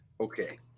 okay